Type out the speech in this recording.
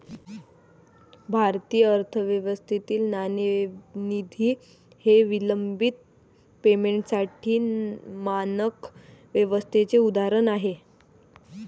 भारतीय अर्थव्यवस्थेतील नाणेनिधी हे विलंबित पेमेंटसाठी मानक व्यवस्थेचे उदाहरण आहे